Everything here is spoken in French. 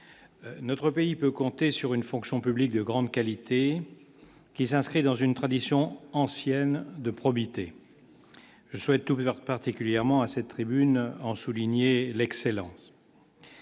notre pays peut compter sur une fonction publique de grande qualité qui s'inscrit dans une tradition ancienne de probité je souhaite leur particulièrement à cette tribune en souligner l'excellence.